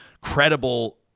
credible